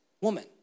woman